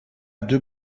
deux